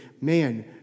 man